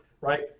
right